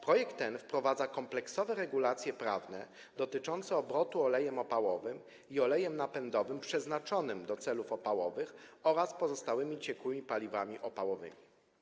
Projekt ten wprowadza kompleksowe regulacje prawne dotyczące obrotu olejem opałowym i olejem napędowym przeznaczonymi do celów opałowych oraz pozostałymi ciekłymi paliwami opałowymi.